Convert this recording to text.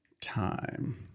time